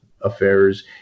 affairs